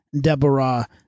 Deborah